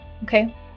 Okay